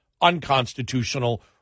unconstitutional